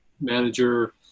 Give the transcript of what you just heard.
manager